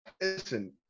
listen